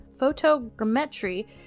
Photogrammetry